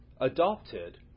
adopted